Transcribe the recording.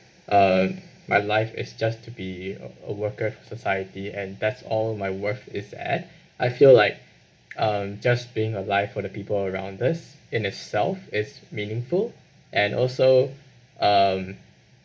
uh my life is just to be uh a worker society and that's all my worth is at I feel like um just being alive for the people around us in itself is meaningful and also um